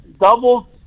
double